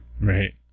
right